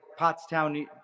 Pottstown